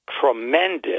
tremendous